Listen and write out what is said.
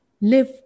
live